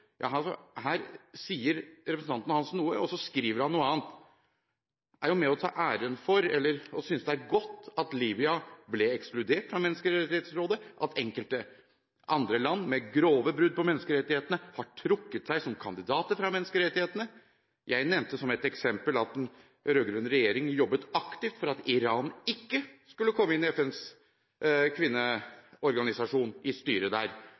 Her sier representanten Hansen noe og skriver noe annet. Er han med på å ta æren for – eller synes det er godt – at Libya ble ekskludert av Menneskerettighetsrådet, at enkelte andre land med grove brudd på menneskerettighetene har trukket seg som kandidater fra Menneskerettighetsrådet. Jeg nevnte som et eksempel at den rød-grønne regjeringen jobbet aktivt for at Iran ikke skulle komme inn i styret i FNs